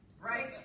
Right